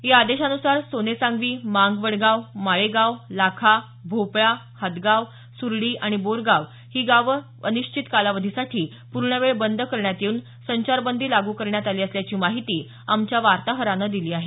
या आदेशान्सार सोनेसांगवी मांगवडगांव माळेगांव लाखा भोपळा हादगाव सुर्डी आणि बोरगांव ही सर्व गावं अनिश्चित कालावधीसाठी पूर्णवेळ बंद करण्यात येऊन संचारबंदी लागू करण्यात आली असल्याची माहिती आमच्या वार्ताहरानं दिली आहे